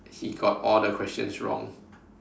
he got all the questions wrong